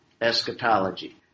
eschatology